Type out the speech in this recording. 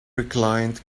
reclined